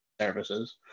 services